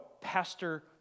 Pastor